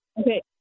Okay